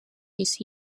his